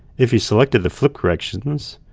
if you selected the flip corrections,